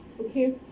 Okay